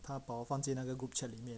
他把我放进那个 group chat